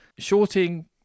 Shorting